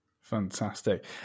Fantastic